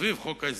סביב חוק ההסדרים,